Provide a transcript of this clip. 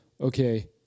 okay